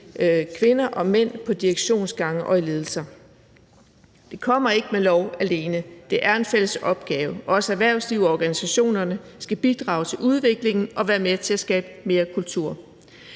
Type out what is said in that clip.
kvinder og mænd på direktionsgange og i ledelser. Det kommer ikke med lov alene; det er en fælles opgave. Også erhvervslivet og organisationerne skal bidrage til udviklingen og være med til at skabe en bedre kultur.